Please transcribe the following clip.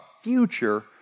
future